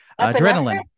Adrenaline